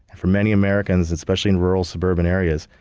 for many americans, especially in rural suburban areas,